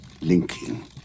linking